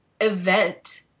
event